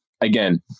again